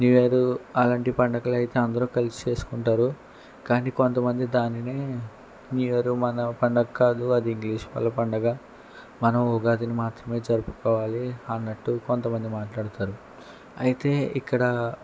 new year అలాంటి పండుగలు అయితే అందరూ కలిసి చేసుకుంటారు కానీ కొంతమంది దానినే న్యూ ఇయరు మన పండుగ కాదు అది ఇంగ్లీష్ వాళ్ళ పండుగ మనం ఉగాదిని మాత్రమే జరుపుకోవాలి అన్నట్టు కొంతమంది మాట్లాడతారు అయితే ఇక్కడ